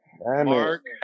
Mark